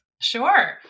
Sure